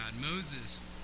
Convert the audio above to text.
Moses